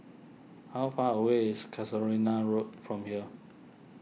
how far away is Casuarina Road from here